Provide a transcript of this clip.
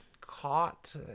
caught